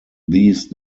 these